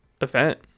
event